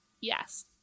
yes